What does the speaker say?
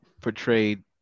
portrayed